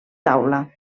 taula